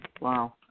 Wow